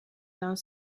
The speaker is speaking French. dans